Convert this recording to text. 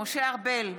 משה ארבל,